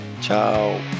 Ciao